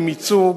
עם ייצוג.